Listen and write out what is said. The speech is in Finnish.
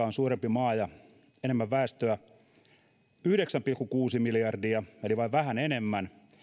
on suurempi maa ja on enemmän väestöä se kerää yhdeksän pilkku kuusi miljardia eli vain vähän enemmän